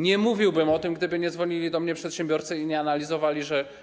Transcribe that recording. Nie mówiłbym o tym, gdyby nie dzwonili do mnie przedsiębiorcy i